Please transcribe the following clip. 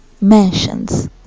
mansions